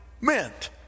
Meant